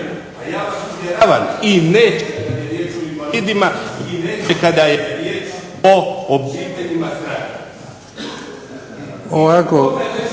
vi nešto